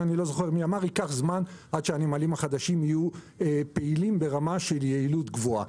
ייקח זמן עד שהנמלים החדשים יהיו פעילים ברמה של יעילות גבוהה.